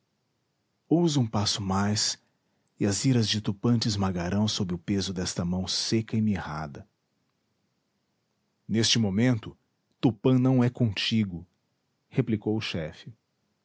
ousa um passo mais e as iras de tupã te esmagarão sob o peso desta mão seca e mirrada neste momento tupã não é contigo replicou o chefe